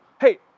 hey